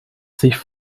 sich